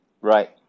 right